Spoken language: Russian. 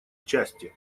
части